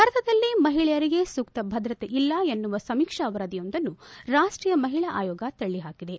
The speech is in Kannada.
ಭಾರತದಲ್ಲಿ ಮಹಿಳೆಯರಿಗೆ ಸೂಕ್ತ ಭದ್ರತೆ ಇಲ್ಲ ಎನ್ನುವ ಸಮೀಕ್ಷಾ ವರದಿಯೊಂದನ್ನು ರಾಷ್ಟೀಯ ಮಹಿಳಾ ಆಯೋಗ ತಳ್ಳಿ ಹಾಕಿದೆ